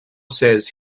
says